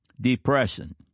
depression